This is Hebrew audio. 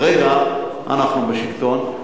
כרגע אנחנו בשלטון.